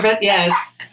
yes